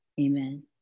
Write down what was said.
Amen